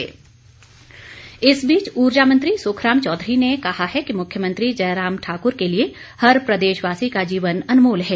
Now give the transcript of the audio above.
सुखराम इस बीच ऊर्जा मंत्री सुखराम चौधरी ने कहा है कि मुख्यमंत्री जयराम ठाकुर के लिए हर प्रदेशवासी का जीवन अनमोल है